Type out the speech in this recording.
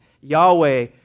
Yahweh